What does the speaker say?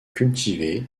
cultivée